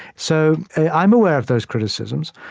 so i'm aware of those criticisms.